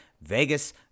Vegas